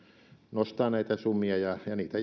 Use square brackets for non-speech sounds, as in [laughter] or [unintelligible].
nostaa näitä summia ja ja niitä [unintelligible]